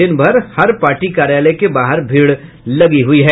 दिनभर हर पार्टी कार्यालय के बाहर भीड़ लगी रहती है